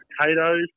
potatoes